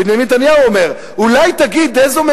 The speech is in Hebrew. בנימין נתניהו אומר: אולי תגיד איזו היתה